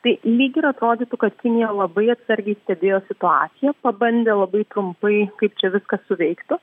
tai lyg ir atrodytų kad kinija labai atsargiai stebėjo situaciją pabandė labai trumpai kaip čia viskas suveiktų